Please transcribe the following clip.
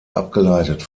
abgeleitet